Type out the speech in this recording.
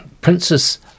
Princess